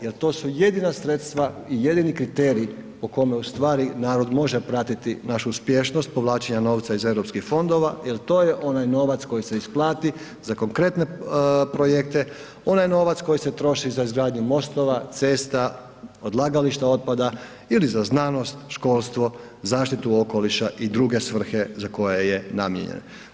Jer to su jedina sredstva i jedini kriterij po kome narod može pratiti našu uspješnost povlačenja novca iz europskih fondova jer to je onaj novac koji se isplati za konkretne projekte, onaj novac koji se troši za izgradnju mostova, cesta, odlagališta otpada ili za znanost, školstvo, zaštitu okoliša i druge svrhe za koje je namijenjen.